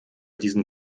diesen